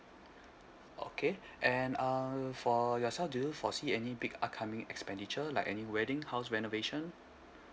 okay and uh for yourself do you foresee any big upcoming expenditure like any wedding house renovation